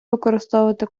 використовувати